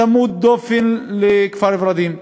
צמוד דופן לכפר-ורדים,